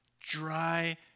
dry